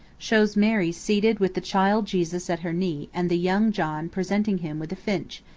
shows mary seated with the child jesus at her knee and the young john presenting him with a finch,